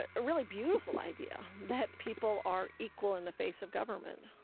ah a really beautiful idea that people are equal in the face of government